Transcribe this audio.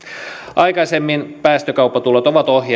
aikaisemmin päästökauppatulot ovat